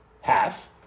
half